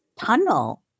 tunnel